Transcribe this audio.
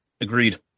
agreed